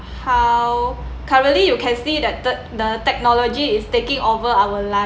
how currently you can see the third the technology is taking over our life